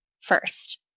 first